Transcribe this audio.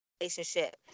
relationship